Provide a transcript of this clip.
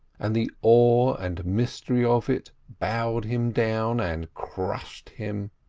and the awe and mystery of it bowed him down and crushed him.